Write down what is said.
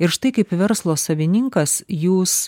ir štai kaip verslo savininkas jūs